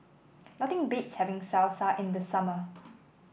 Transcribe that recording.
nothing beats having Salsa in the summer